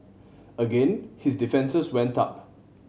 again his defences went up